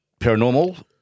Paranormal